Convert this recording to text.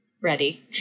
ready